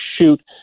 shoot